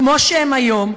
כמו שהם היום,